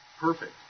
perfect